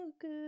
good